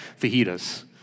fajitas